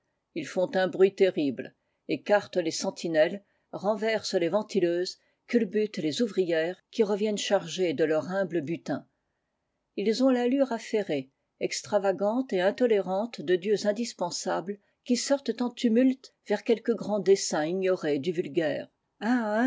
ils font un bruit terrible écartent les sentinelles renversent les ventileuses culbutent les ouvrières qui reviennent chargées de leur humble butin ils ont l'allure affairée extravagante et intolérante de dieux indispensables qui sortent en tumulte vers quelque grand dessein ignoré du vulgaire